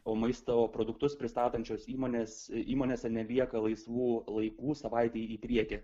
o maisto produktus pristatančios įmonės įmonėse nelieka laisvų laikų savaitei į priekį